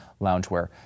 Loungewear